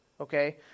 okay